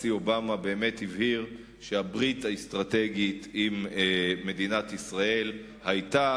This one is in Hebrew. הנשיא אובמה באמת הבהיר שהברית האסטרטגית עם מדינת ישראל היתה,